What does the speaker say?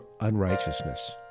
unrighteousness